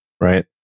right